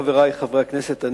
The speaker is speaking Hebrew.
חברי חברי הכנסת,